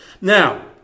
Now